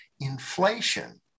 inflation